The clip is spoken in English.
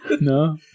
No